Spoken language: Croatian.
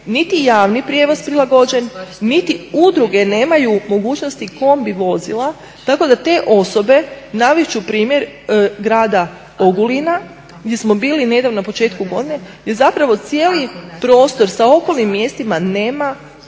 niti javni prijevoz prilagođen, niti udruge nemaju mogućnosti kombi vozila, tako da te osobe navest ću primjer grada Ogulina gdje smo bili nedavno na početku godine jer zapravo cijeli prostor sa okolnim mjestima nema